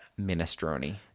minestrone